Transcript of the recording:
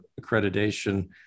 accreditation